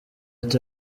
ati